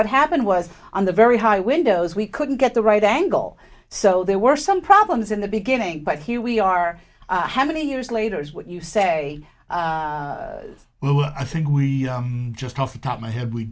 what happened was on the very high windows we couldn't get the right angle so there were some problems in the beginning but here we are how many years later is what you say well i think just off the top my head we